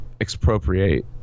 expropriate